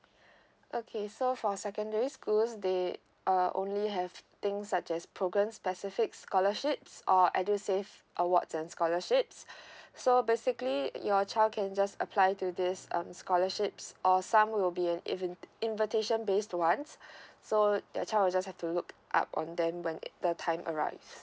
okay so for secondary schools they uh only have things such as program specific scholarships or edusave awards and scholarships so basically your child can just apply to this um scholarships or some will be in invi~ invitation based ones so your child just have to look up on them when it the time arrives.